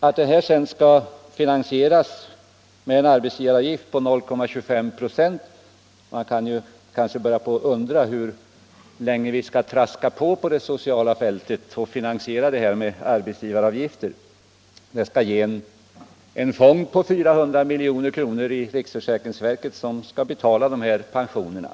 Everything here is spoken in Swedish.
Att denna reform sedan skall finansieras med en arbetsgivaravgift på 0,25 96 gör att man kanske kan börja undra över hur länge vi skall traska på och finansiera det sociala fältet med arbetsgivaravgifter. Avgifterna skall ge en fond på 400 milj.kr. i riksförsäkringsverket som skall betala pensionerna.